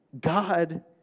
God